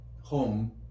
home